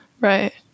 Right